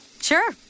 sure